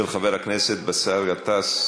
מס' 5301, של חבר הכנסת באסל גטאס.